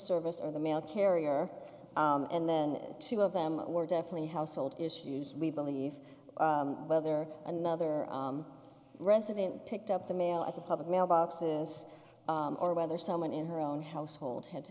service or the mail carrier and then two of them were definitely household issues we believe whether another resident picked up the mail at the public mailboxes or whether someone in her own household had